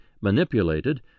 manipulated